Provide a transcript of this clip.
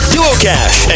DuoCash